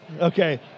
Okay